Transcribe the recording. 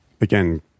again